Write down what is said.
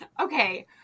Okay